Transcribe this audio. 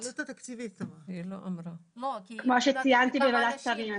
כמו שציינתי בוועדת שרים,